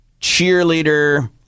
cheerleader